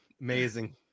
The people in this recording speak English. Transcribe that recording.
Amazing